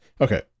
Okay